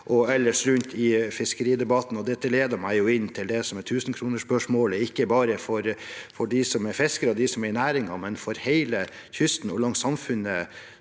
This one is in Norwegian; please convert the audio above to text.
og ellers rundt i fiskeridebatten. Dette leder meg til det som er tusenkronersspørsmålet, ikke bare for dem som er fiskere og for dem som er i næringen, men for hele kysten og for samfunnet